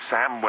Sam